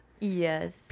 yes